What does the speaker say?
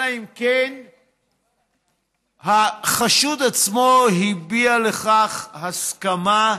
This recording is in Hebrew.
אלא אם כן החשוד עצמו הביע לכך הסכמה.